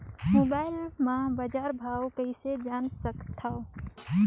Mobile म बजार भाव कइसे जान सकथव?